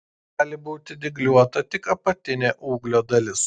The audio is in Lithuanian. gali būti dygliuota tik apatinė ūglio dalis